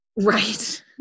Right